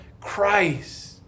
Christ